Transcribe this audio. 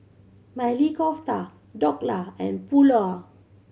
Maili Kofta Dhokla and Pulao